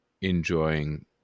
enjoying